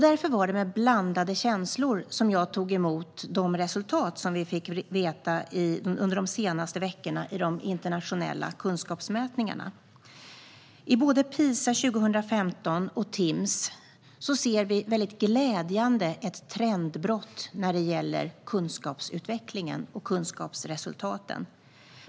Därför var det med blandade känslor jag nyligen tog emot resultaten i de senaste internationella kunskapsmätningarna. I både PISA 2015 och Timss ser vi ett glädjande trendbrott vad gäller kunskapsutvecklingen och kunskapsresultaten.